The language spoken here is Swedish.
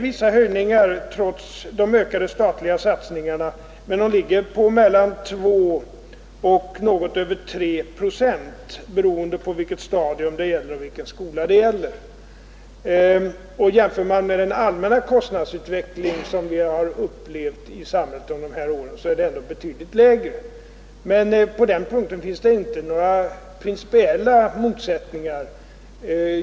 Vissa höjningar har skett, trots de ökade statliga satsningarna; de ligger på mellan 2 och något över 3 procent, beroende på vilket stadium och vilken skola det gäller. Jämför man med den allmänna kostnadsutveckling som vi har upplevt i samhället under de här åren, är avgiftshöjningarna ändå betydligt lägre än på andra områden. På den punkten finns det inte några principiella motsättningar.